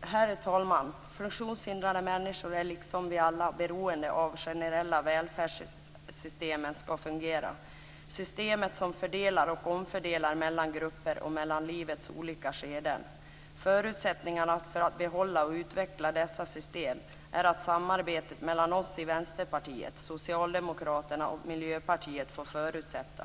Herr talman! Funktionshindrade människor är liksom vi alla beroende av att de generella välfärdssystemen fungerar, system som fördelar och omfördelar mellan grupper och mellan livets olika skeden. Förutsättningen för att behålla och utveckla dessa system är att samarbetet mellan oss i Vänsterpartiet, socialdemokraterna och Miljöpartiet får fortsätta.